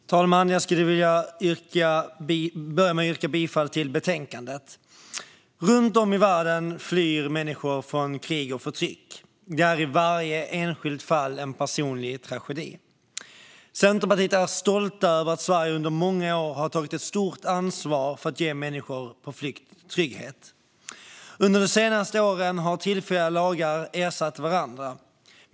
Fru talman! Jag skulle vilja börja med att yrka bifall till förslaget i betänkandet. Runt om i världen flyr människor från krig och förtryck. Varje enskilt fall är en personlig tragedi. Centerpartiet är stolt över att Sverige under många år har tagit ett stort ansvar för att ge människor på flykt trygghet. Under de senaste åren har tillfälliga lagar ersatt varandra.